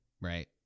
Right